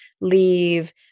leave